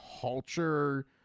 culture